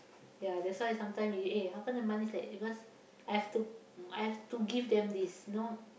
ya that's why sometimes you eh how come the money is like because I have to I have to give them this you know